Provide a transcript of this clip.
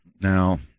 Now